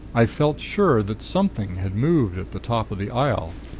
i felt sure that something had moved at the top of the aisle.